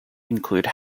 include